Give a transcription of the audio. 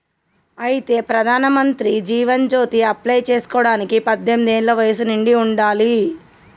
అయితే ప్రధానమంత్రి జీవన్ జ్యోతి అప్లై చేసుకోవడానికి పద్దెనిమిది ఏళ్ల వయసు నిండి ఉండాలి